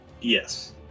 Yes